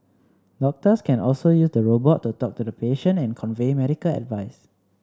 doctors can also use the robot to talk to the patient and convey medical advice